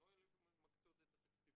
הן לא אלה שמקצות את התקציבים.